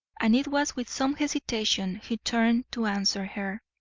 and it was with some hesitation he turned to answer her.